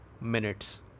minutes